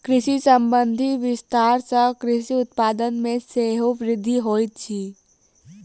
कृषि संबंधी विस्तार सॅ कृषि उत्पाद मे सेहो वृद्धि होइत अछि